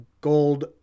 Gold